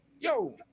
yo